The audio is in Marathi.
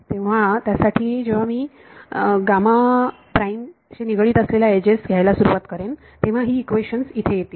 म्हणून त्यासाठी जेव्हा मी निगडीत असलेल्या एजेस घ्यायला सुरुवात करेन तेव्हा ही इक्वेशन्स इथे येतील